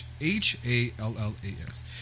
H-A-L-L-A-S